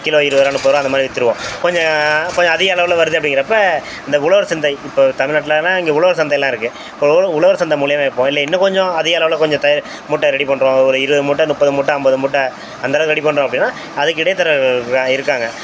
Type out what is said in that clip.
kilo இருபது ரூபா முப்பது ரூபா அந்த மாதிரி விற்றுருவோம் கொஞ்சம் கொஞ்சம் அதிகளவில் வருது அப்படிங்கிறப்ப இந்த உழவர் சந்தை இப்போது தமிழ்நாட்டிலன்னா இங்கே உழவர் சந்தையெலாம் இருக்குது இப்போது உழவர் சந்தை மூலயமா விற்போம் இல்லை இன்னும் கொஞ்சம் அதிகளவில் கொஞ்சம் தயாரி மூட்டை ரெடி பண்ணுறோம் ஒரு இருபது மூட்டை முப்பது மூட்டை ஐம்பது மூட்டை அந்தளவுக்கு ரெடி பண்ணுறோம் அப்படின்னா அதுக்கு இடைத் தரகர்கள் இருக்காங்க